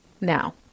now